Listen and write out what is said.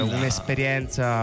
un'esperienza